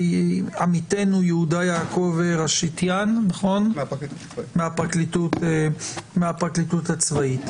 ועמיתנו יהודה יעקב רשתיאן מהפרקליטות הצבאית.